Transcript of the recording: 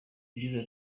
yagize